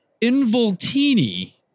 Involtini